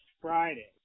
Friday